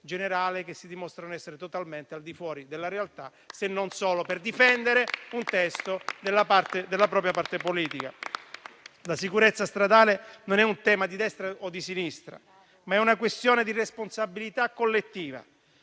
generale, dimostrano di essere totalmente al di fuori della realtà, necessari solo per difendere un testo della propria parte politica. La sicurezza stradale non è un tema di destra o di sinistra, ma è una questione di responsabilità collettiva.